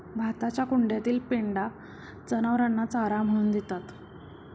भाताच्या कुंड्यातील पेंढा जनावरांना चारा म्हणून देतात